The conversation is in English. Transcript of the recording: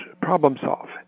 problem-solve